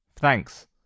Thanks